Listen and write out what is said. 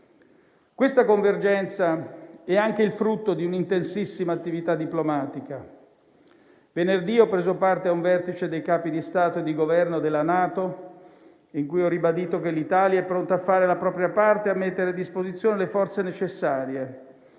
Questa convergenza è anche il frutto di un'intensissima attività diplomatica. Venerdì ho preso parte a un vertice dei Capi di Stato e di Governo della NATO, in cui ho ribadito che l'Italia è pronta a fare la propria parte e mettere a disposizione le forze necessarie.